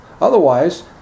Otherwise